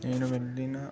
నేను వెళ్ళిన